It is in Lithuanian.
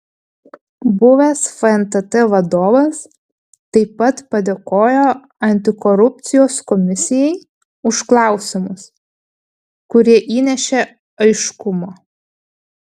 buvęs fntt vadovas taip pat padėkojo antikorupcijos komisijai už klausimus kurie įnešė aiškumo